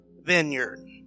vineyard